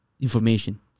information